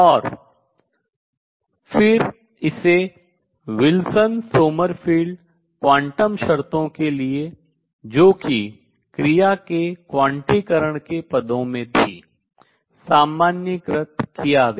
और फिर इसे विल्सन सोमरफेल्ड क्वांटम शर्तों के लिए जो कि क्रिया के क्वांटीकरण के पदों में थी सामान्यीकृत किया गया